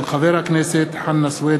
הצעתו של חבר הכנסת חנא סוייד.